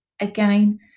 again